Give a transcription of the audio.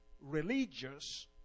religious